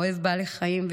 אוהב בעלי חיים,